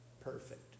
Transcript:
perfect